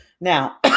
Now